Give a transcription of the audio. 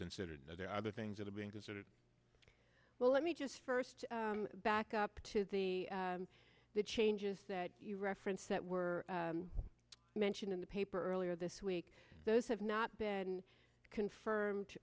considered there are other things that are being considered well let me just first back up to the the changes that you referenced that were mentioned in the paper earlier this week those have not been confirmed